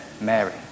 Mary